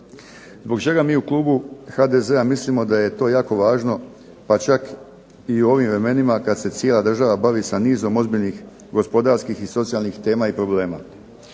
Zbog čega mi u klubu HDZ-a mislimo da je to jako važno, pa čak i u ovim vremenima kad se cijela država bavi sa nizom ozbiljnih gospodarskih i socijalnih tema i problema.